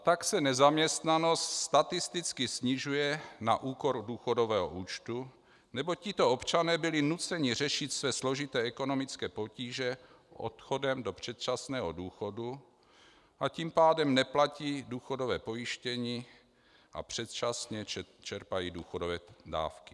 Tak se nezaměstnanost statisticky snižuje na úkor důchodového účtu, neboť tito občané byli nuceni řešit své složité ekonomické potíže odchodem do předčasného důchodu, a tím pádem neplatí důchodové pojištění a předčasně čerpají důchodové dávky.